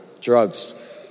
drugs